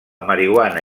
marihuana